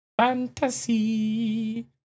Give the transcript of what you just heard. Fantasy